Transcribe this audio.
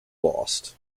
lost